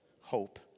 hope